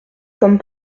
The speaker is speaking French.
comme